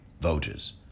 voters